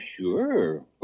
Sure